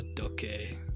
okay